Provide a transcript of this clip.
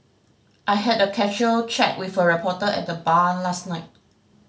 I had a casual chat with a reporter at the bar last night